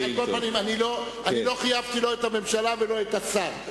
אני לא חייבתי לא את הממשלה ולא את השר.